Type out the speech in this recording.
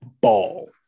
Ball